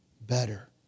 better